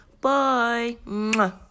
Bye